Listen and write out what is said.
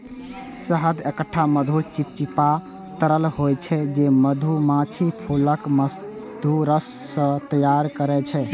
शहद एकटा मधुर, चिपचिपा तरल होइ छै, जे मधुमाछी फूलक मधुरस सं तैयार करै छै